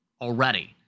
already